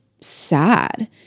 sad